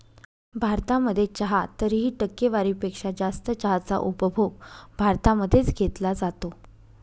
भारतामध्ये चहा तरीही, टक्केवारी पेक्षा जास्त चहाचा उपभोग भारतामध्ये च घेतला जातो